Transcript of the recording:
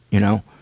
you know.